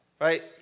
Right